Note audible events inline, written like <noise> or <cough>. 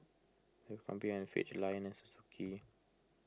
<unintelligible> Fitch Lion and Suzuki